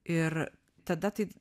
ir tada tai